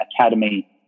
academy